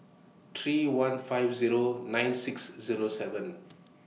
three one five Zero nine six Zero seven